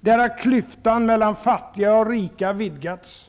Där har klyftan mellan fattiga och rika vidgats.